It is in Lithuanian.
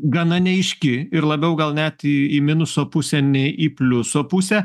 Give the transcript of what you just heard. gana neaiški ir labiau gal net į į minuso pusę nei į pliuso pusę